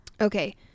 Okay